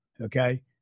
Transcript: okay